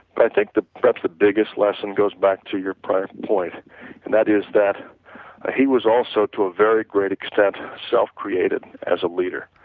but i think perhaps the biggest lesson goes back to your prior point and that is that ah he was also to a very great extent self-created as a leader.